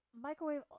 microwave